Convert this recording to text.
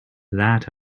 that